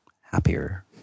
happier